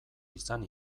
izan